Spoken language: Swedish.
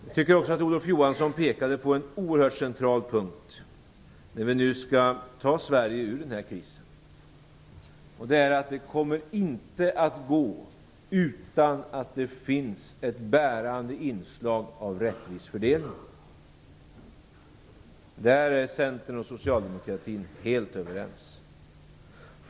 Jag tycker också att Olof Johansson pekade på en oerhört central punkt när vi nu skall ta Sverige ur den här krisen: Det kommer inte att gå om det inte finns ett bärande inslag av en rättvis fördelning. Där är Centern och socialdemokratin helt överens.